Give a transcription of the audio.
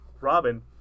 Robin